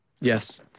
Yes